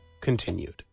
Continued